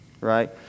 Right